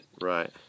Right